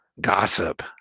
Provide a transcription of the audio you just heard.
gossip